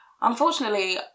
unfortunately